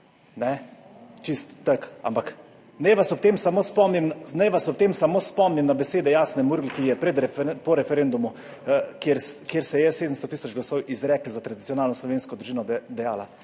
tem samo spomnim, naj vas ob tem samo spomnim na besede Jasne Murgel, ki je po referendumu, kjer se je s 700 tisoč glasov izreklo za tradicionalno slovensko družino, dajala,